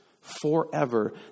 forever